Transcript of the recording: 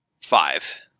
Five